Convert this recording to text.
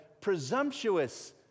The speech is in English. presumptuous